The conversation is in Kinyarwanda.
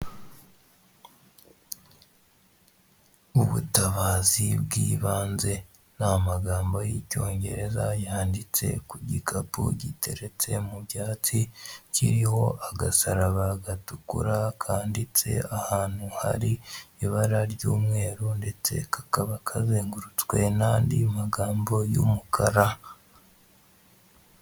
Ubutabazi bw'ibanze ni amagambo y'icyongereza yanditse ku gikapu giteretse mu byatsi, kiriho agasaraba gatukura kanditse ahantu hari ibara ry'umweru ndetse kakaba kazengurutswe n'andi magambo y'umukara.